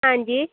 ਹਾਂਜੀ